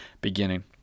beginning